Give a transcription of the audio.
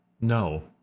No